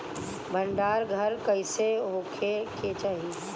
भंडार घर कईसे होखे के चाही?